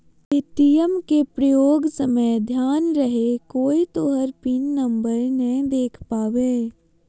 ATM के प्रयोग समय ध्यान रहे कोय तोहर पिन नंबर नै देख पावे